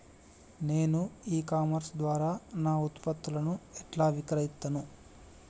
నేను e commerce ద్వారా నా ఉత్పత్తులను ఎట్లా విక్రయిత్తను?